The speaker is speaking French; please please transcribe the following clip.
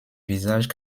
visage